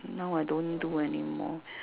no I don't do anymore